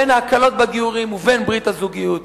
בין ההקלות בגיורים ובין ברית הזוגיות,